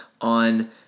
on